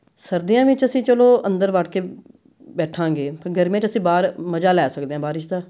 ਸਰਦੀਆਂ ਵਿੱਚ ਅਸੀਂ ਚਲੋ ਅੰਦਰ ਵੜ ਕੇ ਬੈਠਾਂਗੇ ਫੇਰ ਗਰਮੀਆਂ 'ਚ ਅਸੀਂ ਬਾਹਰ ਮਜ਼ਾ ਲੈ ਸਕਦੇ ਹਾਂ ਬਾਰਿਸ਼ ਦਾ